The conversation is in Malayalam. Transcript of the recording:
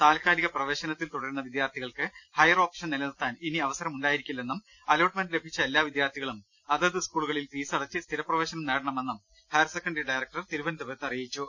താൽക്കാലിക പ്രവേശ നത്തിൽ തുടരുന്ന പിദ്യാർത്ഥികൾക്ക് ഹയർ ഓപ്ഷൻ നില നിർത്താൻ ഇനി അവസരം ഉണ്ടായിരിക്കില്ലെന്നും അലോട്ട്മെന്റ് ലഭിച്ച എല്ലാ വിദ്യാർത്ഥികളും അതത് സ്കൂളുകളിൽ ഫീസടച്ച് സ്ഥിര പ്രവേ ശനം നേടണമെന്നും ഹയർ സെക്കന്റി ഡയറക്ടർ തിരുവനന്തപു രത്ത് അറിയിച്ചു